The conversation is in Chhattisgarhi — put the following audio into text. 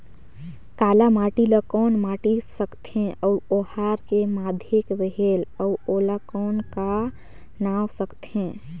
काला माटी ला कौन माटी सकथे अउ ओहार के माधेक रेहेल अउ ओला कौन का नाव सकथे?